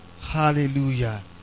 Hallelujah